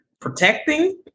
protecting